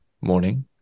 morning